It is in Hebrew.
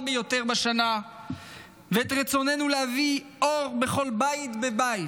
ביותר בשנה ואת רצוננו להביא אור לכל בית ובית,